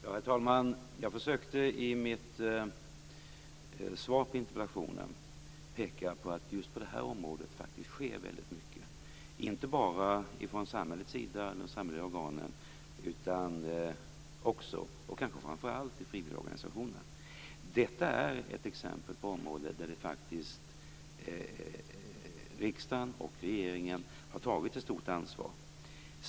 Herr talman! Jag försökte i mitt svar på interpellationen peka på att det just på det här området faktiskt sker väldigt mycket, inte bara från de samhälleliga organens sida utan också och kanske framför allt i frivilligorganisationerna. Detta är ett exempel på område där riksdagen och regeringen faktiskt har tagit ett stort ansvar.